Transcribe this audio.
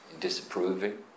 disapproving